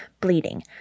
bleeding